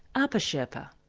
apa sherpa.